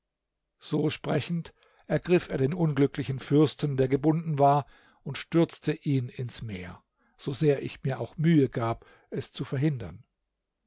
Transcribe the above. so sprechend ergriff er den unglücklichen fürsten der gebunden war und stürzte ihn ins meer so sehr ich mir auch mühe gab es zu verhindern